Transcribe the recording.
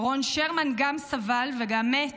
רון שרמן גם סבל וגם מת,